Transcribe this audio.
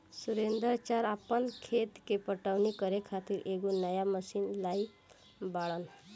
सुरेंदर चा आपन खेत के पटवनी करे खातिर एगो नया मशीन लाइल बाड़न